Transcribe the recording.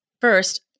first